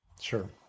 Sure